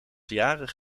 jarig